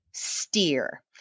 Steer